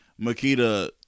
Makita